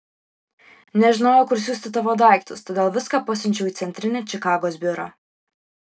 nežinojau kur siųsti tavo daiktus todėl viską pasiunčiau į centrinį čikagos biurą